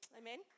Amen